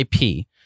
IP